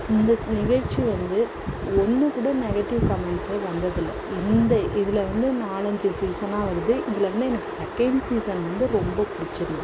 இந்த நிகழ்ச்சி வந்து ஒன்று கூட நெகடிவ் கமன்ட்சே வந்ததில்லை இந்த இதில் வந்து நாலஞ்சு சீசனாக வருது இதில் வந்து எனக்கு செகண்ட் சீசன் வந்து எனக்கு ரொம்ப பிடிச்சிருந்துச்சி